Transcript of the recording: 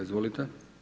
Izvolite.